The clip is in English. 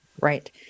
Right